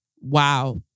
Wow